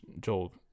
Joel